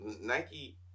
Nike